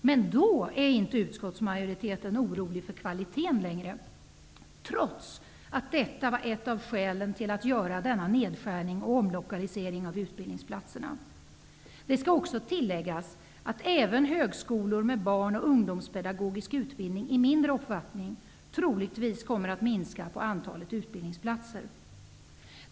Men nu är inte utskottsmajoriteten orolig för kvaliteten längre, trots att detta var ett av skälen till att göra denna nedskärning och omlokalisering av utbildningsplatserna. Det skall också tilläggas att även högskolor med barn och ungdomspedagogisk utbildning i mindre omfattning troligtvis kommer att minska antalet utbildningsplatser.